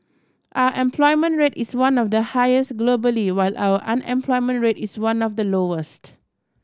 our employment rate is one of the highest globally while our unemployment rate is one of the lowest